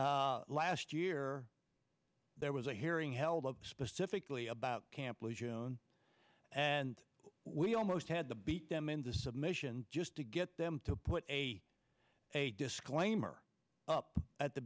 last year there was a hearing held up specifically about campus joan and we almost had to beat them into submission just to get them to put a disclaimer up at the